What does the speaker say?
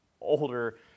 older